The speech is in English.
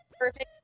perfect